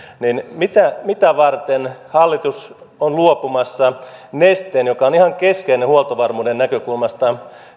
mitä mitä varten hallitus on luopumassa yli puolesta nesteen joka on ihan keskeinen yhtiö huoltovarmuuden näkökulmasta